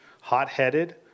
hot-headed